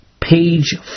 page